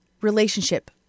relationship